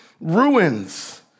ruins